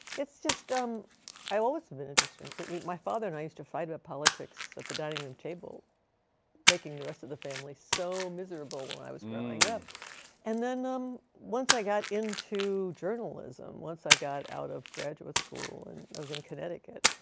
it's just um i've always had an interest in my father and i used to fight about politics at the dining room table making the rest of the family so miserable when when i was growing up and then um once i got into journalism, once i got out of graduate school and i was in connecticut,